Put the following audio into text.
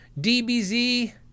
DBZ